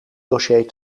dossier